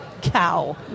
cow